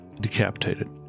decapitated